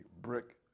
brick